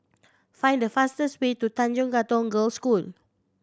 find the fastest way to Tanjong Katong Girls' School